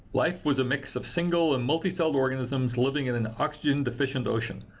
life was a mix of single and multi-celled organisms living in an oxygen deficient ocean.